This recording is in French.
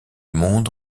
monde